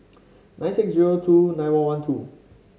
nine six zero two nine one one two